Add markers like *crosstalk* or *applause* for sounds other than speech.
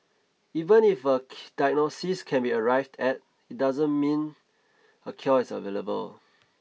even if a *unintelligible* diagnosis can be arrived at it doesn't mean a cure is available